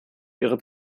ihre